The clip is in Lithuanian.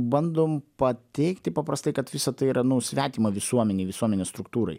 bandom pateikti paprastai kad visa tai yra nu svetima visuomenei visuomenės struktūrai